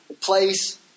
place